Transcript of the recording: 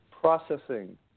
processing